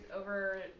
over